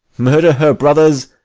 murder her brothers,